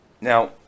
now